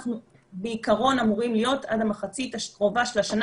אנחנו בעיקרון אמורים להיות עד המחצית הקרובה של השנה,